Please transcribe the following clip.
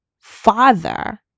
father